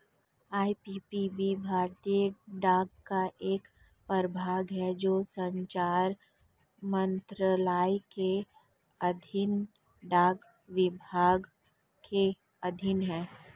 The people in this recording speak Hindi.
आई.पी.पी.बी भारतीय डाक का एक प्रभाग है जो संचार मंत्रालय के अधीन डाक विभाग के अधीन है